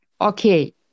okay